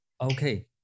Okay